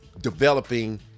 developing